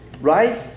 right